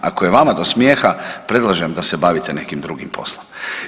Ako je vama do smijeha, predlažem da se bavite nekim drugim poslom.